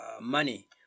money